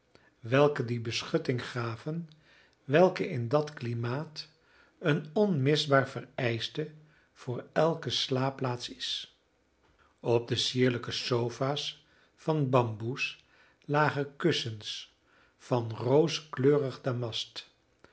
welke die beschutting gaven welke in dat klimaat een onmisbaar vereischte voor elke slaapplaats is op de sierlijke sofa's van bamboes lagen kussens van rooskleurig